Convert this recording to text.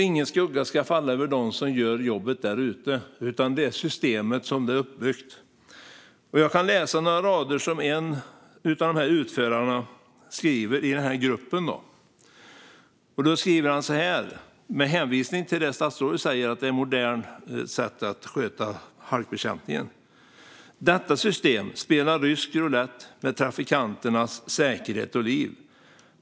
Ingen skugga ska falla över dem som gör jobbet där ute, utan det är systemet som är problemet. Statsrådet säger att det är ett modernt sätt att sköta halkbekämpningen på. Men låt mig läsa några rader som en av utförarna skriver i gruppen: Detta system spelar rysk roulett med trafikanternas säkerhet och liv.